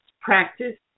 practice